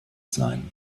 sein